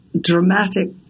dramatic